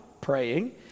praying